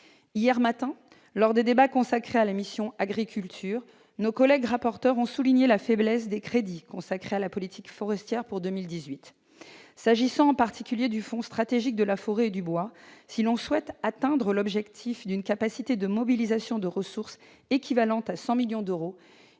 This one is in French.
Hier matin, lors des débats consacrés à la mission « Agriculture », nos collègues rapporteurs ont souligné la faiblesse des crédits consacrés à la politique forestière pour 2018. S'agissant en particulier du Fonds stratégique de la forêt et du bois, si l'on souhaite atteindre l'objectif d'une capacité de mobilisation de ressources équivalentes à 100 millions d'euros,